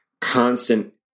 constant